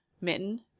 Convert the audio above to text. mitten